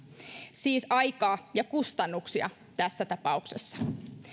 siis aikaa ja kustannuksia tässä tapauksessa